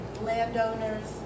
landowners